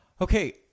Okay